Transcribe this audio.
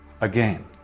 again